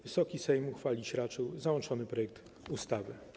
Wysoki Sejm uchwalić raczy załączony projekt ustawy.